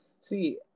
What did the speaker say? see